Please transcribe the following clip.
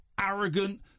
arrogant